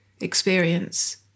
experience